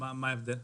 מה ההבדל?